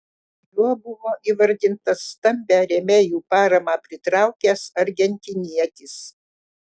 juo buvo įvardintas stambią rėmėjų paramą pritraukęs argentinietis